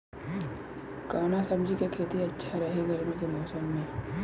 कवना सब्जी के खेती अच्छा रही गर्मी के मौसम में?